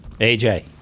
AJ